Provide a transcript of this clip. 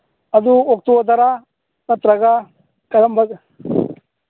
ꯑꯗꯨ ꯑꯣꯛꯇꯣꯗꯔꯥ ꯅꯠꯇ꯭ꯔꯒ ꯀꯔꯝꯕ